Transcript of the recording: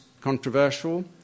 controversial